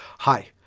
hi!